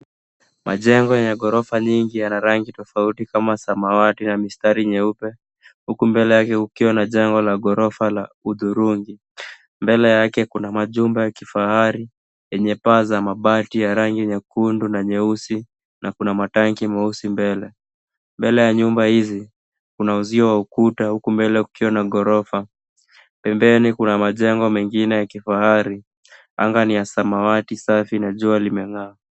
Majengo yenye ghorofa nyingi ya na rangi tofauti kama samawati na mistari nyeupe huku mbele yake kukiwa na jengo la ghorofa la hudhurungi. Mbele yake kuna majumba ya kifahari yenye paa za mabati ya rangi nyekundu na nyeusi na kuna matanki meusi mbele. Mbele ya nyumba hizi kuna uzio wa ukuta huku mbele kukiwa ba ghorofa. Pembeni kuna majengo mengine ya kifahari. Anga ni ya samawati safi na jua limeng'aa.